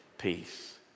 peace